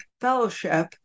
Fellowship